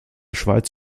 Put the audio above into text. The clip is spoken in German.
schweiz